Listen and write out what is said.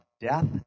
death